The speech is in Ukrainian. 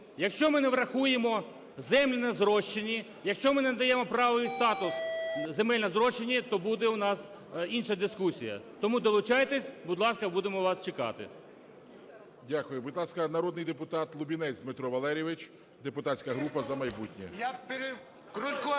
якщо ми не врахуємо землю на зрощення, якщо ми не надаємо правовий статус землі на зрощенні, то буде у нас інша дискусія. Тому долучайтесь – будь ласка, будемо вас чекати. ГОЛОВУЮЧИЙ. Дякую. Будь ласка, народний депутат Лубінець Дмитро Валерійович, депутатська група "За майбутнє".